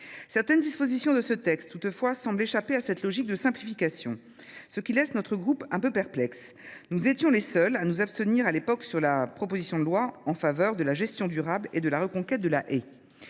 Certaines dispositions de ce texte, toutefois, semblent échapper à cette logique de simplification, ce qui laisse notre groupe quelque peu perplexe. Nous étions les seuls à nous abstenir sur la proposition de loi en faveur de la gestion durable et de la reconquête de la haie.